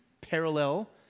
parallel